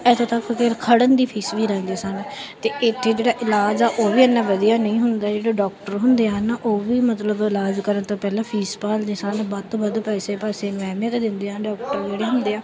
ਇੱਥੋਂ ਤੱਕ ਕਿ ਖੜ੍ਹਨ ਦੀ ਫੀਸ ਵੀ ਲੈਂਦੇ ਸਨ ਅਤੇ ਇੱਥੇ ਜਿਹੜਾ ਇਲਾਜ ਆ ਉਹ ਵੀ ਇੰਨਾ ਵਧੀਆ ਨਹੀਂ ਹੁੰਦਾ ਜਿਹੜੇ ਡੋਕਟਰ ਹੁੰਦੇ ਹਨ ਉਹ ਵੀ ਮਤਲਬ ਇਲਾਜ ਕਰਨ ਤੋਂ ਪਹਿਲਾਂ ਫੀਸ ਭਾਲਦੇ ਸਨ ਵੱਧ ਤੋਂ ਵੱਧ ਪੈਸੇ ਪੈਸੇ ਨੂੰ ਅਹਿਮੀਅਤ ਦਿੰਦੇ ਹਨ ਡੋਕਟਰ ਜਿਹੜੇ ਹੁੰਦੇ ਆ